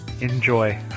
Enjoy